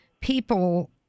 people